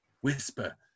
whisper